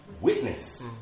witness